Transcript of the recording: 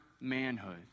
manhood